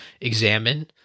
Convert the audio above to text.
examine